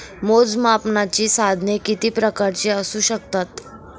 मोजमापनाची साधने किती प्रकारची असू शकतात?